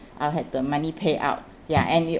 I'll have the money payout ya and it'll